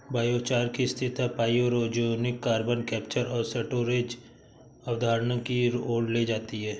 biochar की स्थिरता pyrogenic carbon capture और स्टोरेज की अवधारणा की ओर ले जाती है